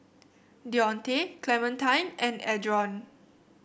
Dionte Clementine and Adron